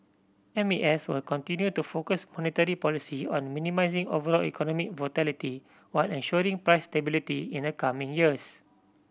M A S will continue to focus monetary policy on minimising overall economic volatility while ensuring price stability in the coming years